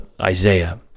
Isaiah